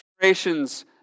generations